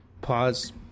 Pause